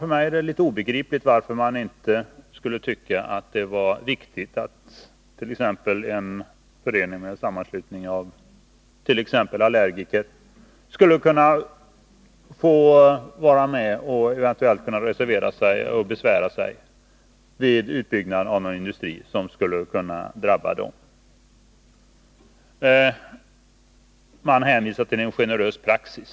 För mig är det litet svårförståeligt att man inte skulle tycka att det är viktigt att en förening eller sammanslutning av t.ex. allergiker skulle kunna få besvära sig och reservera sig vid en industriutbyggnad som på något sätt skulle drabba dem. Man hänvisar till en generös praxis.